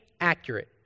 accurate